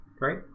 right